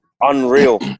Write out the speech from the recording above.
unreal